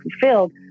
fulfilled